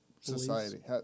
society